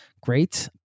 great